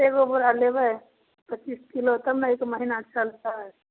एगो बोरा लेबै पचीस किलो तब ने एक महिना चलतै